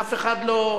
אף אחד לא,